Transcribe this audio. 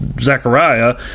Zechariah